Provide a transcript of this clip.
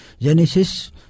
Genesis